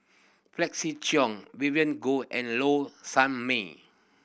Felix Cheong Vivien Goh and Low Sanmay